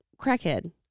crackhead